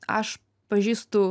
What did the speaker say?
aš pažįstu